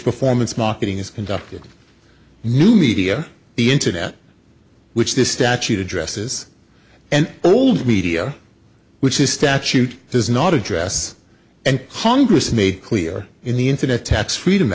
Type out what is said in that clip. performance marketing is conducted new media the internet which this statute addresses and old media which is statute does not address and congress made clear in the internet tax freedom